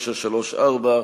3934,